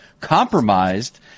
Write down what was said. compromised